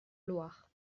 loire